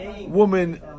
woman